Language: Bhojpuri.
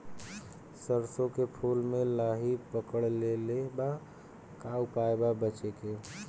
सरसों के फूल मे लाहि पकड़ ले ले बा का उपाय बा बचेके?